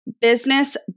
business